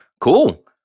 Cool